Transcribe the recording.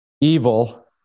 evil